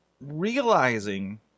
realizing